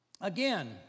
again